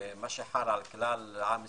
מה שחל על עם ישראל,